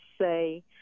say